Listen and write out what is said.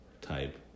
type